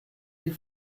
die